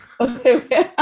Okay